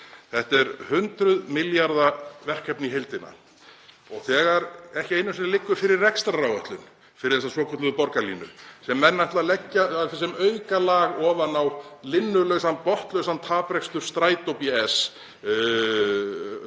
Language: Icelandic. Þetta er hundruð milljarða verkefni í heildina og þegar ekki einu sinni liggur fyrir rekstraráætlun fyrir þessa svokölluðu borgarlínu, sem menn ætla að leggja sem aukalag ofan á linnulausan, botnlausan, taprekstur Strætó BS